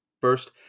first